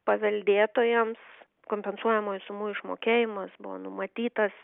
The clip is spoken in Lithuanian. paveldėtojams kompensuojamųjų sumų išmokėjimas buvo numatytas